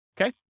Okay